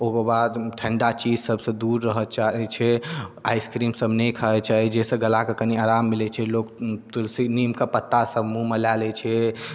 ओकर बाद ठंडा चीज सब सऽ दूर रहऽ चाहै छै आइसक्रीम सब नहि खाय चाहै छै जाहिसऽ गलाके कनी आराम मिलै छै लोक तुलसी नीम के पत्ता सब मुँह मे लए लै छै